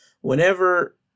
whenever